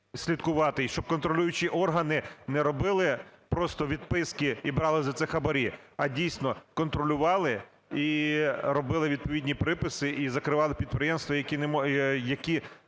і щоб контролюючі органи не робили просто відписки і брали це хабарі, а дійсно контролювали і робили відповідні приписи, і закривали підприємства, які не згодні